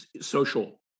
social